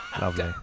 Lovely